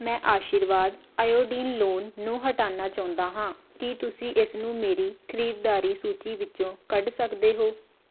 ਮੈਂ ਆਸ਼ੀਰਵਾਦ ਆਇਓਡੀਨ ਲੂਣ ਨੂੰ ਹਟਾਉਣਾ ਚਾਹੁੰਦਾ ਹਾਂ ਕੀ ਤੁਸੀਂ ਇਸਨੂੰ ਮੇਰੀ ਖਰੀਦਦਾਰੀ ਸੂਚੀ ਵਿੱਚੋਂ ਕੱਢ ਸਕਦੇ ਹੋ